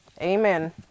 Amen